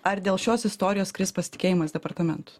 ar dėl šios istorijos kris pasitikėjimas departamentu